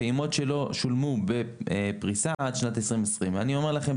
הפעימות שלו שולמו בפריסה עד לשנת 2020. אני אומר לכם,